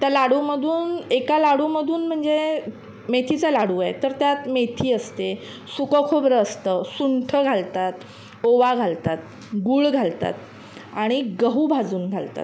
त्या लाडूमधून एका लाडूमधून म्हणजे मेथीचा लाडू आहे तर त्यात मेथी असते सुकं खोबरं असतं सुंठ घालतात ओवा घालतात गुळ घालतात आणि गहू भाजून घालतात